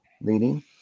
leading